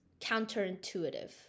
counterintuitive